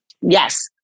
Yes